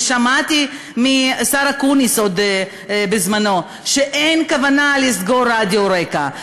ושמעתי מהשר אקוניס בזמנו שאין כוונה לסגור את רדיו רק"ע,